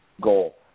goal